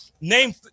name